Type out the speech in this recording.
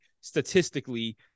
statistically